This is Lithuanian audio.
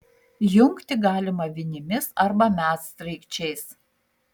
jungti galima vinimis arba medsraigčiais